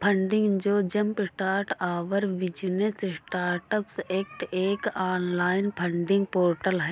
funding जो jumpstart our business startups act एक online funding portal है